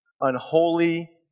unholy